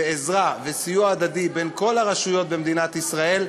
ועזרה וסיוע הדדי בין כל הרשויות במדינת ישראל,